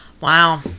wow